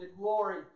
glory